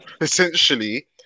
essentially